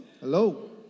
Hello